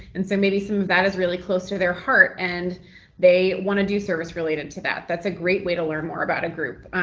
and so maybe some of that is really close to their heart and they want to do service related to that. that's a great way to learn more about a group.